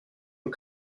aux